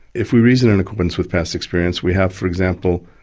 if we reason in accordance with past experience, we have, for example,